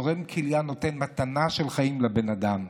התורם כליה נותן מתנה של חיים לבן אדם.